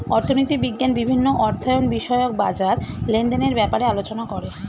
অর্থনীতি বিজ্ঞান বিভিন্ন অর্থায়ন বিষয়ক বাজার লেনদেনের ব্যাপারে আলোচনা করে